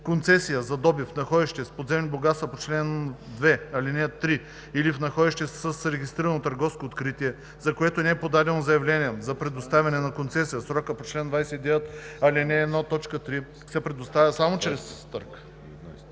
Концесия за добив в находище с подземни богатства по чл. 2, ал. 3 или в находище с регистрирано търговско откритие, за което не е подадено заявление за предоставяне на концесия в срока по чл. 29, ал. 1, т. 3, се предоставя само чрез търг.“